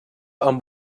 amb